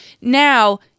now